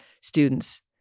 students